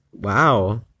Wow